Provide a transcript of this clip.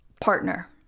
Partner